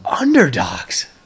Underdogs